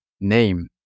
name